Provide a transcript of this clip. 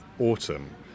autumn